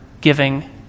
giving